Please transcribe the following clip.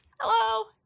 Hello